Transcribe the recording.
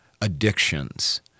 addictions